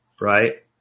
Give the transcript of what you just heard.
Right